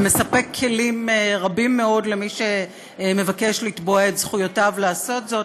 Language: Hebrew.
ומספק כלים רבים מאוד למי שמבקש לתבוע את זכויותיו לעשות זאת,